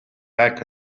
back